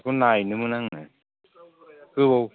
बेखौ नायनोमोन आङो गोबाव